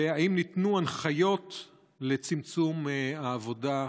2. האם ניתנו הנחיות לצמצום העבודה מהבית?